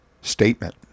statement